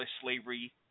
Slavery